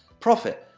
profit.